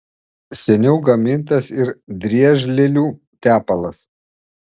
seniau gamintas ir driežlielių tepalas